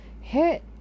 hit